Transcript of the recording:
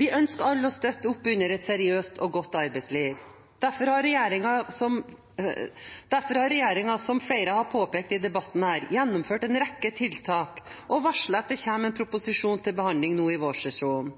Vi ønsker alle å støtte opp under et seriøst og godt arbeidsliv. Derfor har regjeringen, som flere har påpekt i debatten, gjennomført en rekke tiltak og varslet at det kommer en proposisjon til behandling i vårsesjonen.